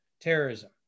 terrorism